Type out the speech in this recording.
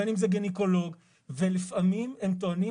בין אם זה גניקולוג ולפעמים הם טוענים